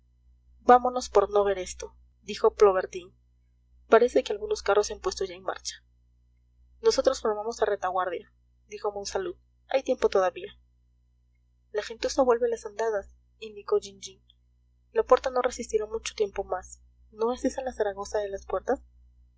vámonos por no ver esto dijo plobertin parece que algunos carros se han puesto ya en marcha nosotros formamos a retaguardia dijo monsalud hay tiempo todavía la gentuza vuelve a las andadas indicó jean jean la puerta no resistirá mucho tiempo más no es esa la zaragoza de las puertas